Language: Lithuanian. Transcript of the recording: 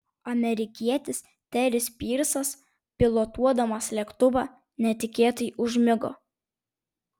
amerikietis teris pyrsas pilotuodamas lėktuvą netikėtai užmigo